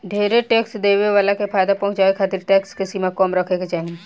ढेरे टैक्स देवे वाला के फायदा पहुचावे खातिर टैक्स के सीमा कम रखे के चाहीं